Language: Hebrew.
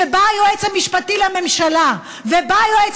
שבא היועץ המשפטי לממשלה ובא היועץ